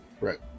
Right